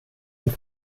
und